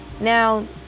Now